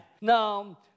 Now